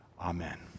Amen